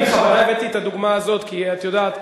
אני בכוונה הבאתי את הדוגמה הזאת, כי, את יודעת,